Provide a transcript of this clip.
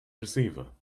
receiver